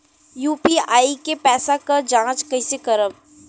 UPI के पैसा क जांच कइसे करब?